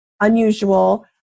unusual